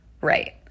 right